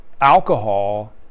alcohol